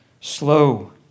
slow